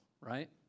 right